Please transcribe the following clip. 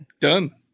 done